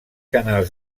canals